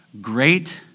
great